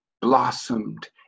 blossomed